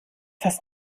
hast